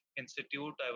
institute